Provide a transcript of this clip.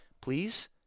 please